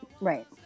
Right